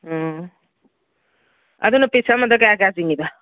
ꯑꯣ ꯑꯗꯨꯅ ꯄꯤꯁ ꯑꯃꯗ ꯀꯌꯥ ꯀꯌꯥ ꯆꯤꯡꯏꯕ